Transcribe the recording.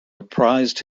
reprised